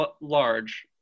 large